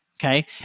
Okay